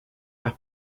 par